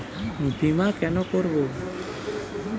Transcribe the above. বিমা কেন করব?